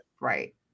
Right